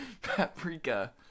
Paprika